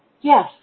Yes